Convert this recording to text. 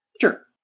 Sure